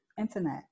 internet